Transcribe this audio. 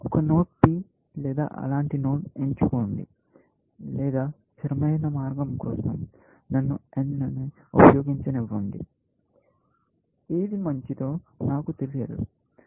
ఒక node p లేదా అలాంటి నోడ్ ఎంచుకోండి లేదా స్థిరమైన మార్గం కోసం నన్ను n ఉపయోగించనివ్వండి ఏది మంచిదో నాకు తెలియదు